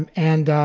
and and